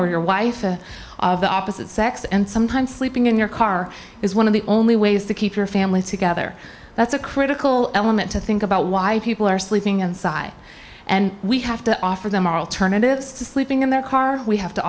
or your wife and the opposite sex and sometimes sleeping in your car is one of the only ways to keep your family together that's a critical element to think about why people are sleeping inside and we have to offer them are alternatives to sleeping in their car we have to